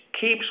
keeps